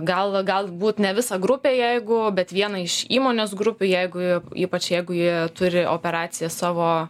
gal galbūt ne visą grupę jeigu bet vieną iš įmonės grupių jeigu jie ypač jeigu jie turi operaciją savo